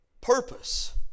Purpose